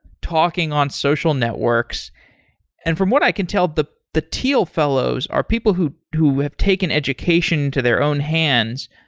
talking on social networks and from what i can tell, the the thiel fellows are people who who have taken education to their own hands,